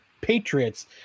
Patriots